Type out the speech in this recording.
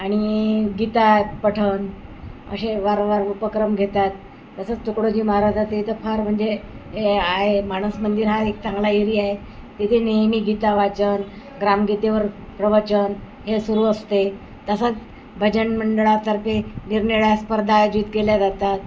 आणि गीता पठन असे वारंवार उपक्रम घेतात तसंच तुकडोजी महाराजाचे इथं फार म्हणजे ए आहे माणस मंदिर हा एक चांगला एरिया आहे तिथे नेहमी गीता वाचन ग्रामगीतेवर प्रवचन हे सुरू असते तसंच भजन मंडळातर्फे निरनिळ्या स्पर्धा आयोजित केल्या जातात